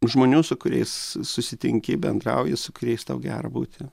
žmonių su kuriais susitinki bendrauji su kuriais tau gera būti